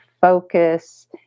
focus